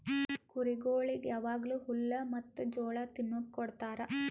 ಕುರಿಗೊಳಿಗ್ ಯಾವಾಗ್ಲೂ ಹುಲ್ಲ ಮತ್ತ್ ಜೋಳ ತಿನುಕ್ ಕೊಡ್ತಾರ